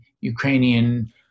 Ukrainian